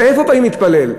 ואיפה באים להתפלל?